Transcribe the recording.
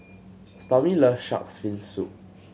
Stormy loves Shark's Fin Soup